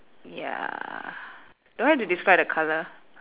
ya do I have to describe the colour